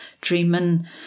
dreaming